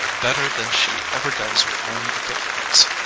better than she ever does behind the footlights,